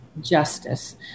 justice